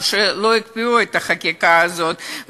שלא יקפיאו את החקיקה הזאת,